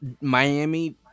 Miami